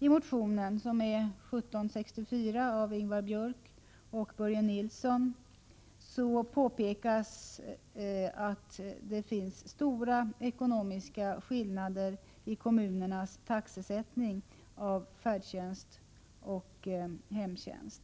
I motion 1764 av Ingvar Björk och Börje Nilsson vill motionärerna utjämna de stora ekonomiska skillnaderna i kommunernas taxesättning beträffande färdtjänst och hemtjänst.